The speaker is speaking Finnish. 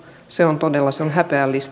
se on todella häpeällistä